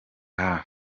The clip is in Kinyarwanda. hafi